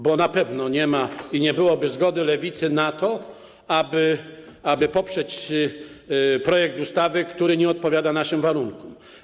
Bo na pewno nie ma i nie byłoby zgody Lewicy na to, aby poprzeć projekt ustawy, który nie odpowiada naszym warunkom.